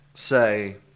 Say